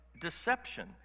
deception